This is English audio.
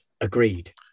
Agreed